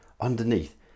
underneath